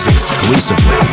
exclusively